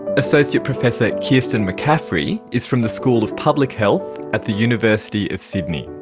associate professor kirsten mccaffery is from the school of public health at the university of sydney.